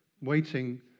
waiting